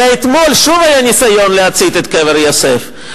אלא אתמול שוב היה ניסיון להצית את קבר יוסף.